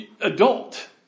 adult